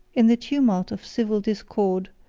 in the tumult of civil discord,